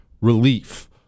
relief